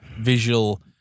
visual